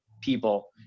people